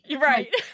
Right